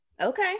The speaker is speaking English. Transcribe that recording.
okay